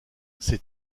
ces